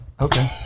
okay